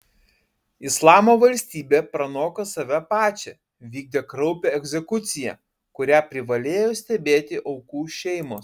islamo valstybė pranoko save pačią vykdė kraupią egzekuciją kurią privalėjo stebėti aukų šeimos